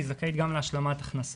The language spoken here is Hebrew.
היא זכאית גם להשלמת הכנסה.